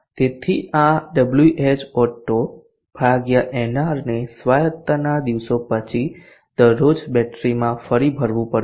તેથી આ Whauto ભાગ્યા nr ને સ્વાયત્તતા ના દિવસોને પછી દરરોજ બેટરીમાં ફરી ભરવું પડશે